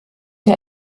der